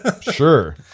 Sure